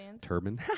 turban